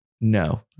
No